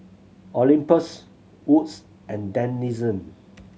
Olympus Wood's and Denizen